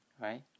right